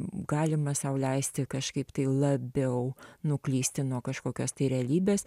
galima sau leisti kažkaip tai labiau nuklysti nuo kažkokios tai realybės